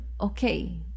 okay